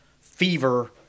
fever